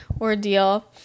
ordeal